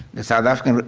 in south africa,